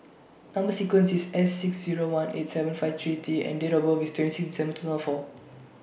Number sequence IS S six Zero one eight seven five three T and Date of birth IS twenty six December two thousand four